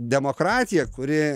demokratija kuri